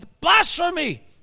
blasphemy